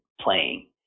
playing